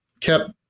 kept